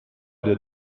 der